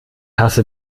hasse